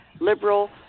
liberal